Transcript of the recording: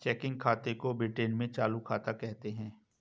checking खाते को Britain में चालू खाता कहते हैं